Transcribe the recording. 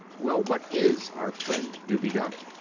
well, what is our friend dubedat?